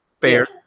Fair